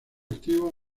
activo